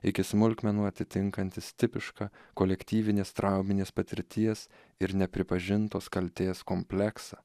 iki smulkmenų atitinkantis tipišką kolektyvinės trauminės patirties ir nepripažintos kaltės kompleksą